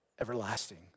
everlasting